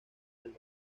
del